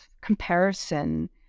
comparison